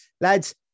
lads